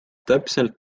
täpselt